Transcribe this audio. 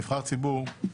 נבחר ציבור,